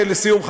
לסיום,